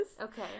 Okay